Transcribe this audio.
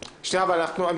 החדש) (מעצר חשוד בעת מניעה לקדם חקירה),